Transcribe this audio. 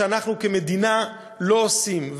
שאנחנו כמדינה לא עושים,